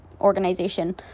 organization